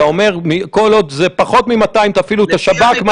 אתה אומר שכל עוד זה פחות מ-200, תפעילו את השב"כ.